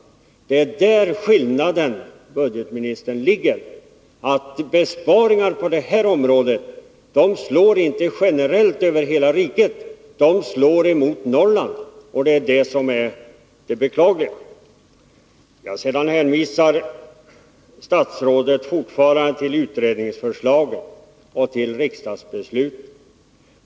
Det är där skillnaden ligger. Besparingar på detta område slår inte generellt över hela riket — de slår emot Norrland. Det är detta som är det beklagliga. Statsrådet hänvisar fortfarande till utredningsförslaget och riksdagsbeslutet.